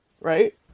right